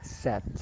set